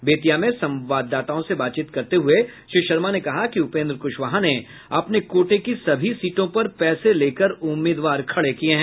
बेतिया में संवाददाताओं से बातचीत करते हुए श्री शर्मा ने कहा कि उपेन्द्र कुशवाहा ने अपने कोटे की सभी सीटों पर पैसे लेकर उम्मीदवार खड़े किये हैं